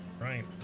Right